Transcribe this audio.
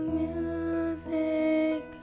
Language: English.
music